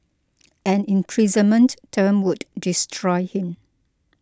an imprisonment term would destroy him